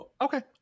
okay